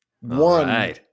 one